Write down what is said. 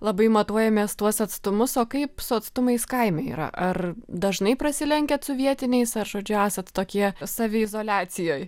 labai matuojamės tuos atstumus o kaip su atstumais kaime yra ar dažnai prasilenkiat su vietiniais ar žodžiu esat tokie saviizoliacijoj